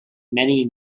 many